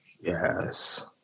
Yes